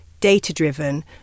data-driven